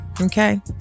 Okay